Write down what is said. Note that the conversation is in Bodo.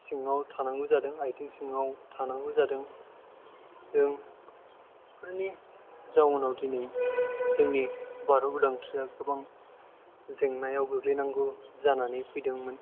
सिंयाव थानांगौ जादों आथिं सिङाव थानांगौ जादों जों बेफोरनि जाउनाव दिनै जोंनि भारत उदांस्रिया गोबां जेंनायाव गोग्लैनांगौ जानानै फैदोंमोन